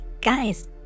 guys